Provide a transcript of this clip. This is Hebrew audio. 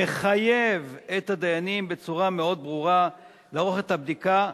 מחייב את הדיינים בצורה מאוד ברורה לערוך את הבדיקה,